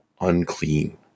unclean